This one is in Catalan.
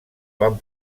van